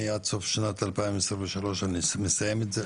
אני עד סוף שנת 2023 אני מסיים את זה?